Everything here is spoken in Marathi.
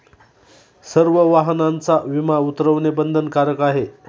सर्व वाहनांचा विमा उतरवणे बंधनकारक आहे